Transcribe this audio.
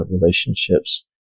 relationships